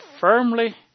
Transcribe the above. firmly